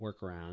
workaround